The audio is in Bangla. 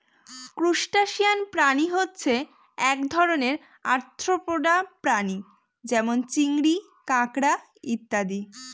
ত্রুসটাসিয়ান প্রাণী হচ্ছে এক ধরনের আর্থ্রোপোডা প্রাণী যেমন চিংড়ি, কাঁকড়া ইত্যাদি